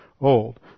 old